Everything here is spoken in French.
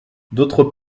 d’autre